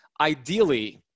Ideally